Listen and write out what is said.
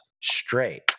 straight